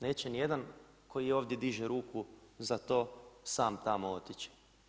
Neće niti jedan koji ovdje diže ruku za to sam tamo otići.